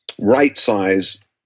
right-size